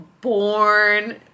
born